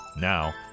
Now